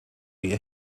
wir